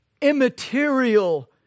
immaterial